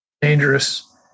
dangerous